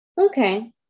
Okay